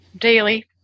daily